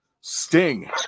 Sting